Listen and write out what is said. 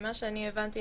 ממה שאני הבנתי,